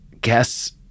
guess